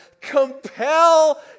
compel